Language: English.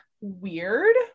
weird